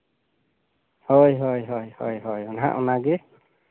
ᱦᱳᱭ ᱦᱳᱭ ᱦᱳᱭ ᱦᱳᱭ ᱦᱟᱸᱜ ᱚᱱᱟᱜᱮ